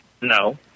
No